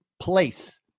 place